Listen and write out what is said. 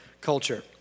culture